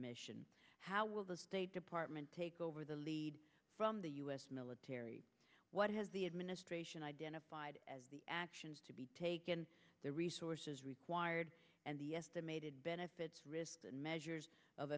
mission how will the state department take over the lead from the u s military what has the administration identified as the actions to be taken the resources required and the estimated benefits and measures of